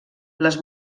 les